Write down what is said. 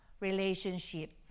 relationship